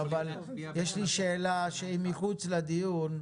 אבל יש לי שאלה שהיא מחוץ לדיון,